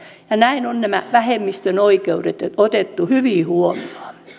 ja näin on nämä vähemmistön oikeudet otettu hyvin huomioon